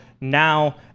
now